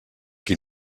qui